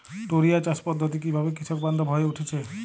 টোরিয়া চাষ পদ্ধতি কিভাবে কৃষকবান্ধব হয়ে উঠেছে?